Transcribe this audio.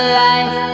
life